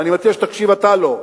ואני מציע שתקשיב אתה לו,